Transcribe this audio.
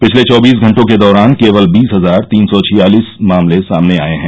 पिछले चौबीस घंटों के दौरान केवल वीस हजार तीन सौ छियालिस मामले सामने आए हैं